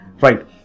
Right